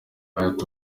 ati